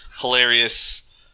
hilarious